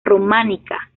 románica